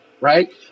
right